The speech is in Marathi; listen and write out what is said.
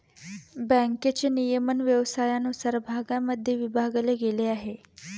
बँकेचे नियमन व्यवसायानुसार भागांमध्ये विभागले गेले आहे